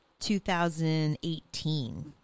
2018